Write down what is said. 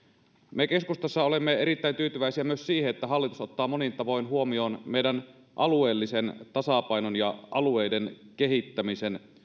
me keskustassa olemme erittäin tyytyväisiä myös siihen että hallitus ottaa monin tavoin huomioon meidän alueellisen tasapainon ja alueiden kehittämisen